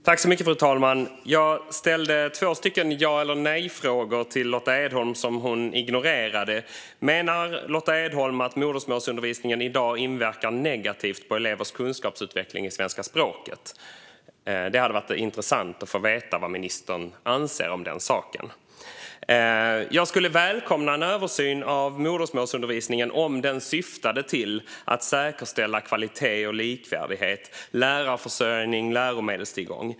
Fru talman! Jag ställde två ja eller nejfrågor till Lotta Edholm, som hon ignorerade. Menar Lotta Edholm att modersmålsundervisningen i dag inverkar negativt på elevers kunskapsutveckling i svenska språket? Det hade varit intressant att få veta vad ministern anser om den saken. Jag skulle välkomna en översyn av modersmålsundervisningen om den syftade till att säkerställa kvalitet, likvärdighet, lärarförsörjning och läromedelstillgång.